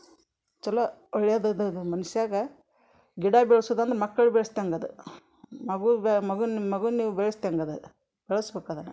ಚಲೋ ಒಳ್ಳೆಯದದು ಮನುಷ್ಯಗ ಗಿಡ ಬೆಳ್ಸೋದಂದ್ರೆ ಮಕ್ಳು ಬೆಳ್ಸ್ದಂಗೆ ಅದು ಮಗು ಬೆ ಮಗನ ನಿಮ್ಮ ಮಗುನ ನೀವು ಬೆಳ್ಸ್ದಂಗೆ ಅದು ಬೆಳ್ಸ್ಬೇಕ್ ಅದನ್ನು